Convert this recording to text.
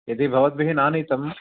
यदि भवद्भिः नानीतम्